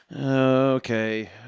Okay